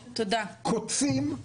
קוצים,